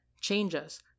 changes